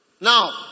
Now